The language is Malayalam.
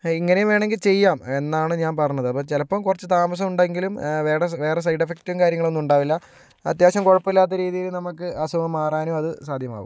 ഇങ്ങനേയും വേണമെങ്കിൽ ചെയ്യാം എന്നാണ് ഞാൻ പറഞ്ഞത് അപ്പം ചിലപ്പം കുറച്ച് താമസം ഉണ്ടെങ്കിലും വേറെ വേറെ സൈഡ് എഫക്റ്റും കാര്യങ്ങളൊന്നും ഉണ്ടാവില്ല അത്യാവശ്യം കുഴപ്പമില്ലാത്ത രീതിയിൽ നമ്മൾക്ക് അസുഖം മാറാനും അത് സാധ്യമാവും